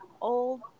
old